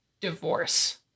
divorce